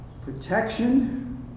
Protection